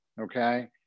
okay